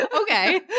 Okay